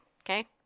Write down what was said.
okay